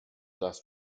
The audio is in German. das